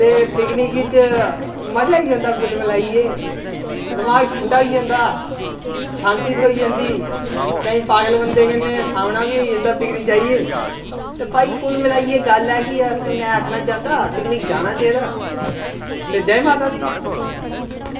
ते पिकनिक च मजा आई जंदा कुल मलाइयै दमाग ठंडा होई जंदा शांति थ्होई जंदी केईं पागल बंदे कन्नै सामना बी होई जंदा पिकनिक जाइयै ते भाई कुल मलाइयै गल्ल ऐ कि में आखना चांह्दा कि पिकनिक जाना चाहिदा ते जै माता दी